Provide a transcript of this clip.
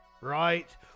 right